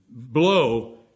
blow